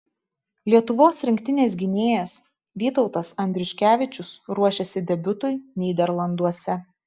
lietuvos rinktinės gynėjas vytautas andriuškevičius ruošiasi debiutui nyderlanduose